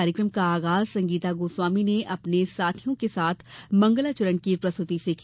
कार्यक्रम का आगाज संगीता गोस्वामी ने अपने साथियों के साथ मंगलाचरण की प्रस्तृति से की